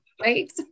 Right